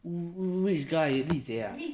wh~ which guy li jie ah